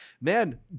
man